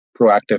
proactive